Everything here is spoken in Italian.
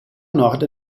nord